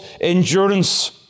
endurance